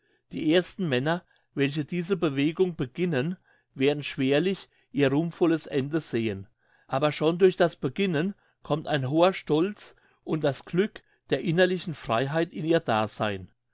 die ersten männer welche diese bewegung beginnen werden schwerlich ihr ruhmvolles ende sehen aber schon durch das beginnen kommt ein hoher stolz und das glück der innerlichen freiheit in ihr dasein